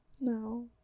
No